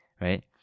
right